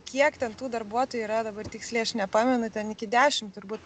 kiek ten tų darbuotojų yra dabar tiksliai aš nepamenu ten iki dešimt turbūt